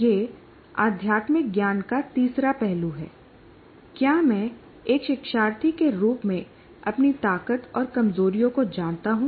यह आध्यात्मिक ज्ञान का तीसरा पहलू है क्या मैं एक शिक्षार्थी के रूप में अपनी ताकत और कमजोरियों को जानता हूं